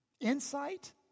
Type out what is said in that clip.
Insight